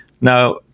Now